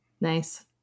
Nice